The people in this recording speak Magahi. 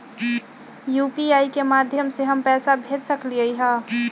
यू.पी.आई के माध्यम से हम पैसा भेज सकलियै ह?